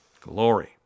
glory